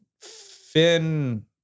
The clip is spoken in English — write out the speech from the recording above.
Finn